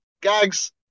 Gags